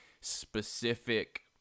specific